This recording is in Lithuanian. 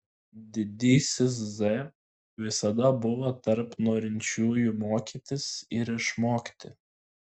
didysis z visada buvo tarp norinčiųjų mokytis ir išmokti